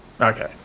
Okay